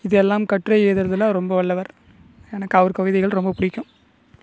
இது எல்லாம் கட்டுரை எழுதுரத்தில் ரொம்ப வல்லவர் எனக்கு அவர் கவிதைகள் ரொம்ப பிடிக்கும்